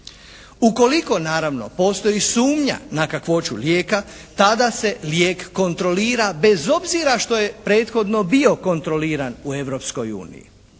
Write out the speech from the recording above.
Ukoliko naravno postoji sumnja na kakvoću lijeka tada se lijek kontrolira bez obzira što je prethodno bio kontroliran u